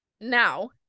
now